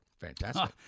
Fantastic